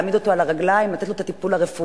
להעמיד אותו על הרגליים ולתת לו את הטיפול הרפואי,